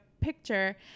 picture